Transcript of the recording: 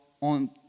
on